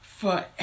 Forever